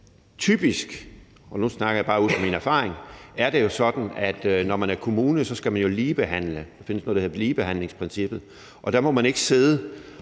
typisk – og nu snakker jeg bare ud fra min erfaring – er det jo sådan, at når man er kommune, skal man ligebehandle. Der findes noget, der hedder ligebehandlingsprincippet, og ifølge det må man ikke sidde